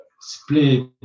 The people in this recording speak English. split